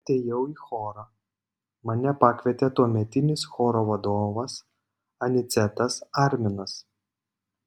atėjau į chorą mane pakvietė tuometinis choro vadovas anicetas arminas